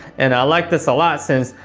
and i like this a lot since,